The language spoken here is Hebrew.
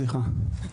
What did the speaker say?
סליחה,